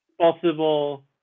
possible